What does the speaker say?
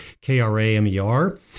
k-r-a-m-e-r